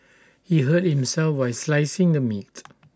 he hurt himself while slicing the meat